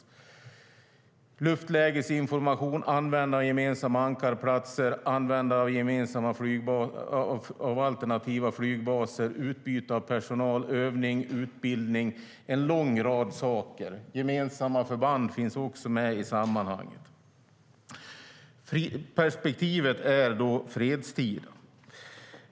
Det gäller luftlägesinformation, användande av gemensamma ankarplatser, användande av alternativa flygbaser, utbyte av personal, övning, utbildning - en lång rad saker. Gemensamma förband finns också med i sammanhanget. Perspektivet är då fredstida.